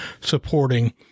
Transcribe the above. supporting